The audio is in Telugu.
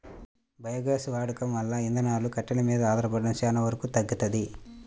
బయోగ్యాస్ వాడకం వల్ల ఇంధనాలు, కట్టెలు మీద ఆధారపడటం చానా వరకు తగ్గుతది